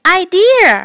idea